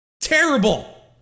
Terrible